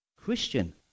Christian